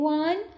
one